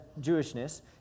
Jewishness